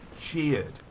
cheered